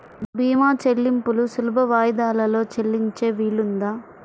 భీమా చెల్లింపులు సులభ వాయిదాలలో చెల్లించే వీలుందా?